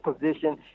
position